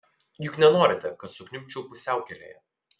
juk nenorite kad sukniubčiau pusiaukelėje